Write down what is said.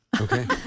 Okay